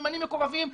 ממנים מקורבים,